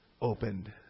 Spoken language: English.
opened